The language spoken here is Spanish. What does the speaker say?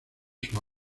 sus